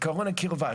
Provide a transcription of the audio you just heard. עקרון הקרבה,